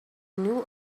knew